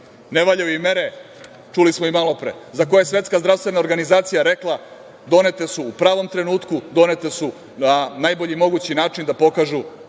valjaju im mere, čuli smo i malo pre za koje je Svetska zdravstvena organizacija rekla - donete su u pravom trenutku, donete su na najbolji mogući način da pokažu